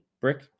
brick